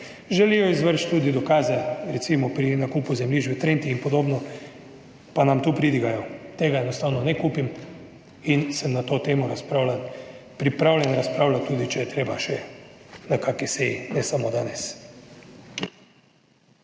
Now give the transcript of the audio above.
želijo izvrči tudi dokaze, recimo pri nakupu zemljišč v Trenti, ipd. pa nam tu pridigajo: "Tega enostavno ne kupim in sem na to temo pripravljeni razpravljati tudi, če je treba še na kakšni seji, ne samo danes."